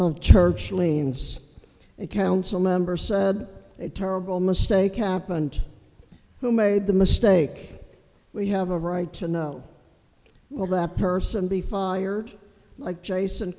of church lanes and council member said it terrible mistake happened who made the mistake we have a right to know well that person be fired like jason